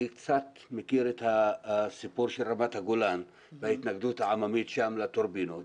אני קצת מכיר את הסיפור של רמת הגולן וההתנגדות העממית שם לטורבינות.